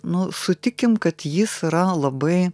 nu sutikim kad jis yra labai